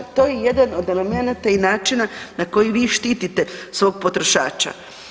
To je jedan od elemenata i načina na koji vi štitite svog potrošača.